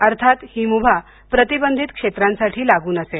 अर्थात ही मुभा प्रतिबंधित क्षेत्रासाठी लागू नसेल